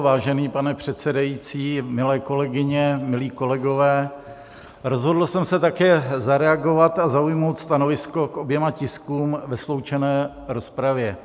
Vážený pane předsedající, milé kolegyně, milí kolegové, rozhodl jsem se také zareagovat a zaujmout stanovisko k oběma tiskům ve sloučené rozpravě.